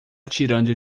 tirando